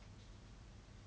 okay